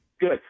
Good